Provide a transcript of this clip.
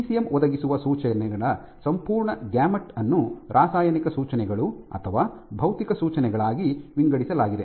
ECM ಒದಗಿಸುವ ಸೂಚನೆಗಳ ಸಂಪೂರ್ಣ ಗ್ಯಾಮುಟ್ ಅನ್ನು ರಾಸಾಯನಿಕ ಸೂಚನೆಗಳು ಅಥವಾ ಭೌತಿಕ ಸೂಚನೆಗಳಾಗಿ ವಿಂಗಡಿಸಲಾಗಿದೆ